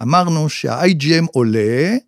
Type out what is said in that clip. ‫אמרנו שה-IGM עולה.